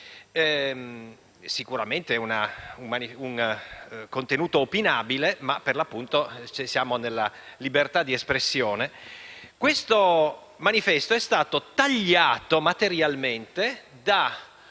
Sicuramente è un contenuto opinabile, ma per l’appunto siamo nella libertà di espressione. Questo manifesto è stato tagliato materialmente da